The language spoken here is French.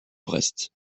brest